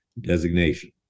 designation